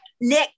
Nick